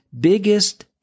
biggest